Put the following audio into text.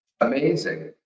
Amazing